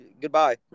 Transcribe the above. goodbye